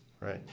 Right